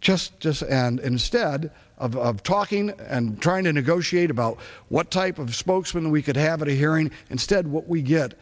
just just and instead of talking and trying to negotiate about what type of spokesman we could have a hearing instead what we get